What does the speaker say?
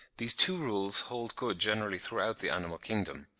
these two rules hold good generally throughout the animal kingdom.